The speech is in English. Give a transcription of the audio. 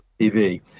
TV